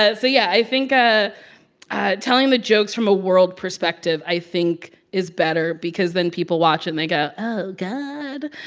ah yeah. i think ah ah telling the jokes from a world perspective, i think, is better because then people watch, and they go, oh, god.